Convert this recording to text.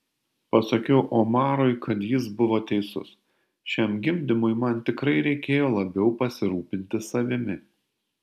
pasakiau omarui kad jis buvo teisus šiam gimdymui man tikrai reikėjo labiau pasirūpinti savimi